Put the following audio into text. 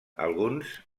alguns